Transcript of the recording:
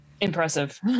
Impressive